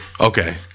Okay